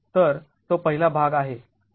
तर तो पहिला भाग आहे